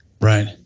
Right